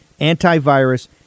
antivirus